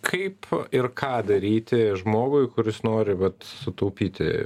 kaip ir ką daryti žmogui kuris nori vat sutaupyti